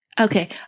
Okay